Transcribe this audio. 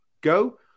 go